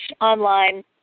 online